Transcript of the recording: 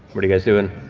what are you guys doing?